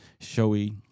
showy